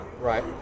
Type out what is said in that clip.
Right